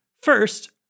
first